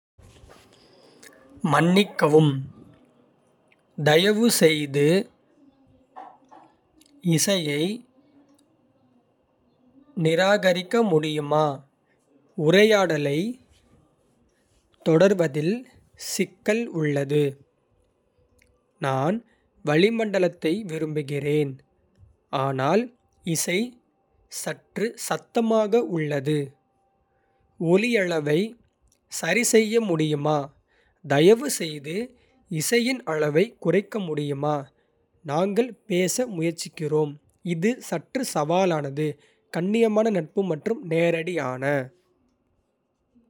மன்னிக்கவும், தயவுசெய்து இசையை நிராகரிக்க முடியுமா? உரையாடலைத் தொடர்வதில் சிக்கல் உள்ளது. நான் வளிமண்டலத்தை விரும்புகிறேன், ஆனால் இசை சற்று சத்தமாக உள்ளது. ஒலியளவை சரிசெய்ய முடியுமா. தயவுசெய்து இசையின் அளவைக் குறைக்க முடியுமா? நாங்கள் பேச முயற்சிக்கிறோம், இது சற்று சவாலானது. கண்ணியமான, நட்பு மற்றும் நேரடியான.